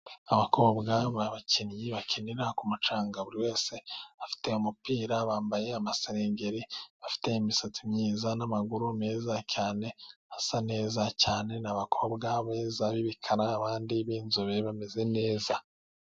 Abakobwa b'abakinnyi bakinira ku mucanga. Buri wese afite umupira bambaye amasengeri, bafite imisatsi myiza n'amaguru meza cyane asa neza cyane. Ni abakobwa beza b'ibikara, abandi b'inzobe bameze neza.